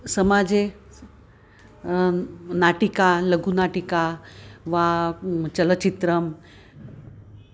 समाजे नाटिका लघुनाटिका वा चलचित्रम्